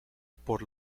por